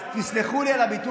אז תסלחו לי על הביטוי,